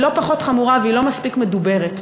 לא פחות חמורה והיא לא מספיק מדוברת.